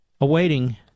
awaiting